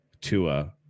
Tua